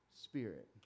spirit